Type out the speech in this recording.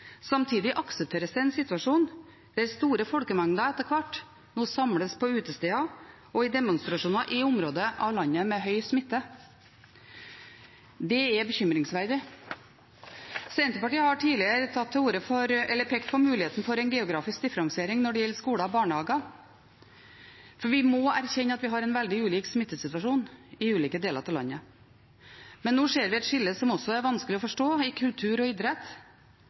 Samtidig aksepteres det en situasjon der store folkemengder etter hvert nå samles på utesteder og i demonstrasjoner i områder av landet med mye smitte. Det er bekymringsverdig. Senterpartiet har tidligere pekt på muligheten for en geografisk differensiering når det gjelder skoler og barnehager, for vi må erkjenne at vi har en veldig ulike smittesituasjon i ulike deler av landet. Nå ser vi et skille som også er vanskelig å forstå når det gjelder kultur og idrett.